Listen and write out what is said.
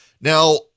Now